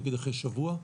נגיד אחרי שבוע?